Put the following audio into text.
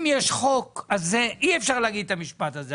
אם יש חוק אי אפשר להגיד את המשפט הזה,